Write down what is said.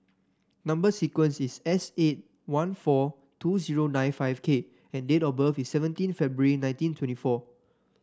number sequence is S eight one four two zero nine five K and date of birth is seventeen February nineteen twenty four